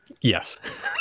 Yes